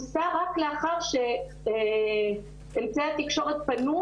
הוא הוסר רק לאחר שאמצעי התקשורת פנו